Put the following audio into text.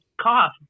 cough